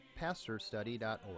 pastorstudy.org